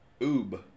Oob